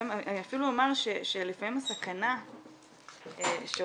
זה אפילו אומר שלפעמים הסכנה שעולה